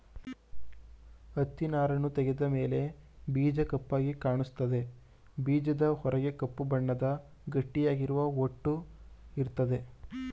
ಹತ್ತಿನಾರನ್ನು ತೆಗೆದ ಮೇಲೆ ಬೀಜ ಕಪ್ಪಾಗಿ ಕಾಣಿಸ್ತದೆ ಬೀಜದ ಹೊರಗೆ ಕಪ್ಪು ಬಣ್ಣದ ಗಟ್ಟಿಯಾಗಿರುವ ಹೊಟ್ಟು ಇರ್ತದೆ